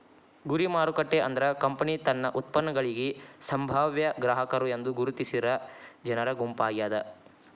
ಗುರಿ ಮಾರುಕಟ್ಟೆ ಅಂದ್ರ ಕಂಪನಿ ತನ್ನ ಉತ್ಪನ್ನಗಳಿಗಿ ಸಂಭಾವ್ಯ ಗ್ರಾಹಕರು ಎಂದು ಗುರುತಿಸಿರ ಜನರ ಗುಂಪಾಗ್ಯಾದ